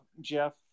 Jeff